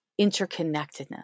interconnectedness